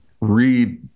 read